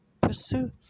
pursue